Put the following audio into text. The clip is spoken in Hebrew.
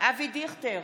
אבי דיכטר,